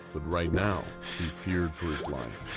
but right now, he feared for his life.